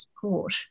support